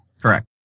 Correct